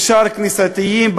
אפשר כנסייתיים,